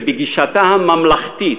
שבגישתה הממלכתית,